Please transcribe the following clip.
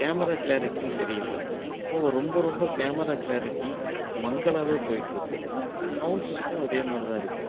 camera கிளாரிட்டியும் சரி இல்லை இப்போ ரொம்ப ரொம்ப கேமரா கிளாரிட்டி மங்களாகவே போய்ட்டுருக்கு சவுண்ட் சிஸ்டம் அதே மாதிரி தான் இருக்கு